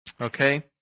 Okay